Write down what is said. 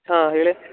ಹಾಂ ಹೇಳಿ